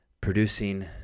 producing